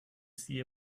see